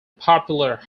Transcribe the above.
popular